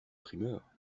primeurs